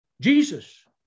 Jesus